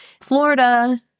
florida